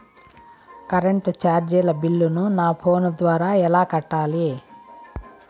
Current చార్జీల బిల్లును, నా ఫోను ద్వారా ఎలా కట్టాలి?